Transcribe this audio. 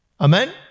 Amen